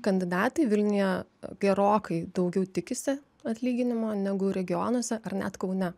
kandidatai vilniuje gerokai daugiau tikisi atlyginimo negu regionuose ar net kaune